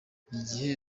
igihe